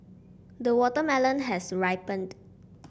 the watermelon has ripened